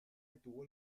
detuvo